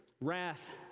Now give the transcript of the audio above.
wrath